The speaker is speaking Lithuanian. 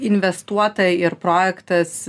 investuota ir projektas